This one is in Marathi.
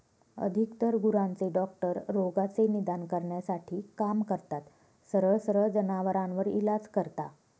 अधिकतर गुरांचे डॉक्टर रोगाचे निदान करण्यासाठी काम करतात, सरळ सरळ जनावरांवर इलाज करता